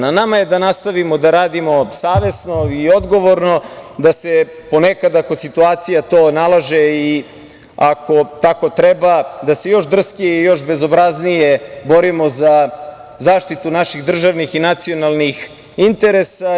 Na nama je da nastavimo da radimo savesno i odgovorno, da se ponekad, ako situacija to nalaže i ako tako treba, još drskije i bezobraznije borimo za zaštitu naših državnih i nacionalnih interesa.